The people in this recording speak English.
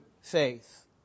faith